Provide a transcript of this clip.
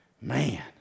man